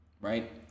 right